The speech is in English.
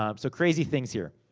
um so, crazy things here.